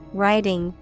writing